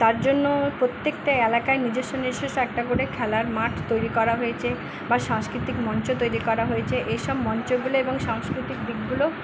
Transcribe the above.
তার জন্য প্রত্যেকটা এলাকায় নিজস্ব নিজস্ব একটা করে খেলার মাঠ তৈরি করা হয়েছে বা সাংস্কৃতিক মঞ্চ তৈরি করা হয়েছে এই সব মঞ্চগুলো এবং সংস্কৃতিক দিকগুলো